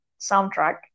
soundtrack